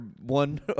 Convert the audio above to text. one